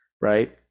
right